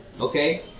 Okay